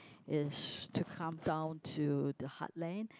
is to come down to the hard lane